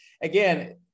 again